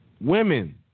Women